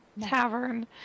tavern